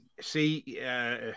See